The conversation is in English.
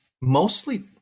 mostly